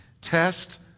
test